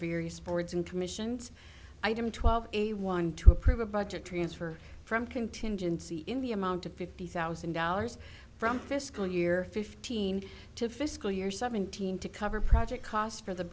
various boards and commissions item twelve a one to approve a budget transfer from contingency in the amount of fifty thousand dollars from fiscal year fifteen to fiscal year seventeen to cover project cost for the